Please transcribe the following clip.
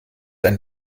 ein